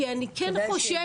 כי אני כן חושבת